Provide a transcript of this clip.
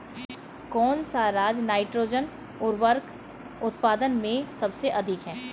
कौन सा राज नाइट्रोजन उर्वरक उत्पादन में सबसे अधिक है?